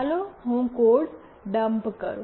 ચાલો હું code dump કરું